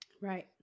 right